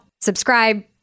subscribe